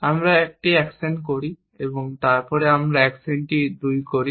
আমরা একটি 1 অ্যাকশন করি তারপরে আমরা অ্যাকশনটি 2 করি